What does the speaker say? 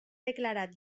declarat